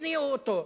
השניאו אותו.